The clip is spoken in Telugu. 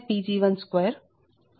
15 Pg12 C240044Pg20